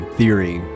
theory